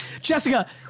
Jessica